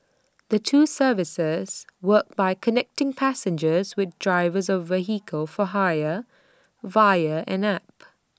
the two services work by connecting passengers with drivers of vehicles for hire via an app